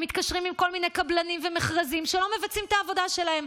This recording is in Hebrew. הם מתקשרים עם כל מיני קבלנים במכרזים שלא מבצעים את העבודה שלהם.